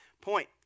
point